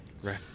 right